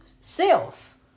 self